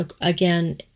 again